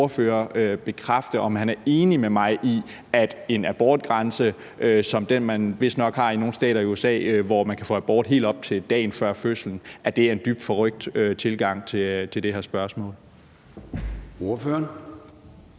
at han er enig med mig i, at en abortgrænse som den, man vistnok har i nogle stater i USA, hvor man kan få abort helt op til dagen før fødslen, er en dybt forrykt tilgang til det her spørgsmål.